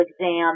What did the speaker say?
exam